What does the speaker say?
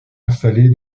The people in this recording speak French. installé